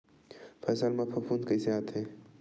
फसल मा फफूंद कइसे आथे?